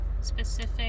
specific